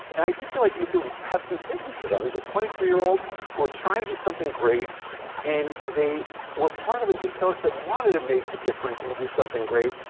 and i do feel like you have to have some sympathy for them, these are twenty three year olds who were trying to do something great and they were part of an ethos that wanted to make a difference and do something great.